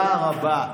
תודה רבה.